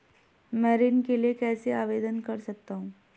मैं ऋण के लिए कैसे आवेदन कर सकता हूं?